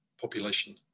population